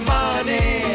money